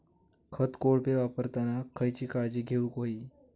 खत कोळपे वापरताना खयची काळजी घेऊक व्हयी?